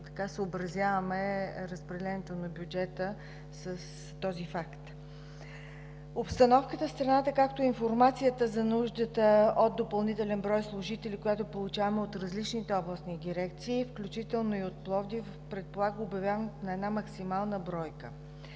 Затова съобразяваме разпределението на бюджета с този факт. Обстановката в страната, както и информацията за нуждата от допълнителен брой служители, която получаваме от различните областни дирекции, включително и от Пловдив, предполага обявяване на максимална бройка.